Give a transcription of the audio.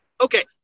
Okay